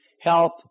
help